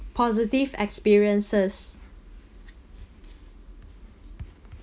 positive experiences